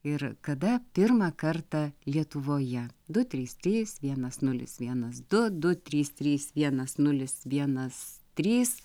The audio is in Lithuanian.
ir kada pirmą kartą lietuvoje du trys trys vienas nulis vienas du du trys trys vienas nulis vienas trys